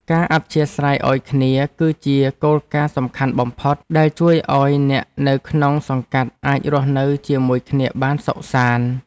ការអធ្យាស្រ័យឱ្យគ្នា គឺជាគោលការណ៍សំខាន់បំផុត ដែលជួយឱ្យអ្នកនៅក្នុងសង្កាត់អាចរស់នៅជាមួយគ្នាបានសុខសាន្ត។